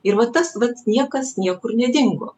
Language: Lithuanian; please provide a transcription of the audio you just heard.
ir va tas vat niekas niekur nedingo